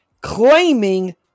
claiming